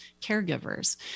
caregivers